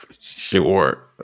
Sure